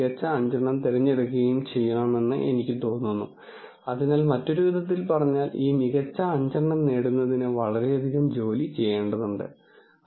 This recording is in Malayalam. ചില അർത്ഥത്തിൽ നിങ്ങൾ ഈ ടെക്നിക്ക്തകളെല്ലാം നോക്കുമ്പോൾ ഈ ടെക്നിക്ക്കളെ മറ്റൊന്നിനേക്കാൾ മികച്ചതാണ് എന്ന് അന്ധമായി താരതമ്യം ചെയ്യുന്നത് അത്ര പ്രധാനമോ രസകരമോ അല്ല